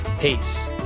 Peace